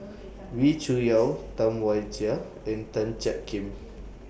Wee Cho Yaw Tam Wai Jia and Tan Jiak Kim